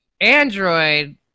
Android